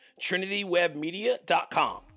trinitywebmedia.com